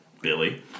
Billy